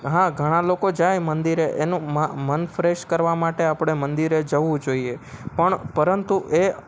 હા ઘણા લોકો જાય મંદિરે એનો મન ફ્રેશ કરવા માટે આપણે મંદિરે જવું જોઈએ પણ પરંતુ એ